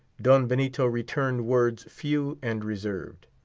don benito returned words few and reserved.